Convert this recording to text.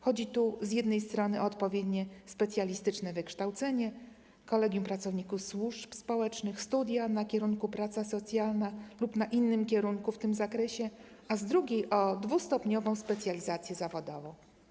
Chodzi tu z jednej strony o odpowiednie specjalistyczne wykształcenie zdobyte w kolegium dla pracowników służby społecznych, na studiach na kierunku praca socjalna lub na innym kierunku w tym zakresie, a z drugiej - o dwustopniową specjalizację zawodową.